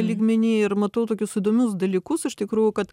lygmeny ir matau tokius įdomius dalykus iš tikrųjų kad